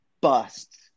busts